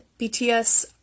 BTS